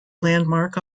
landmark